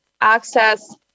access